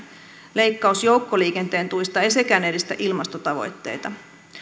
leikkaus joukkoliikenteen tuista ei sekään edistä ilmastotavoitteita